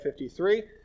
53